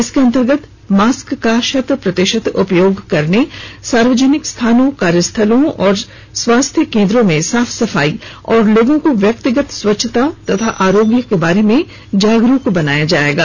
इसके अंतर्गत मास्क का शत प्रतिशत उपयोग करने सार्वजनिक स्थानों कार्यस्थलों और स्वास्थ्य केन्द्रो में साफ सफाई और लोगों को व्यक्तिगत स्वच्छता तथा आरोग्य के बारे में जागरूक बनाया जायेगा